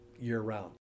year-round